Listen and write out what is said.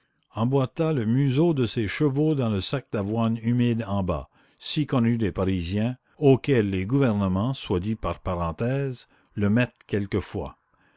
emboîta le museau de ses chevaux dans le sac d'avoine humide en bas si connu des parisiens auxquels les gouvernements soit dit par parenthèse le mettent quelquefois